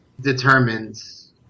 determines